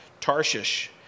Tarshish